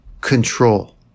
control